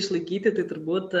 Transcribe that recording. išlaikyti tai turbūt